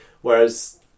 Whereas